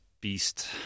beast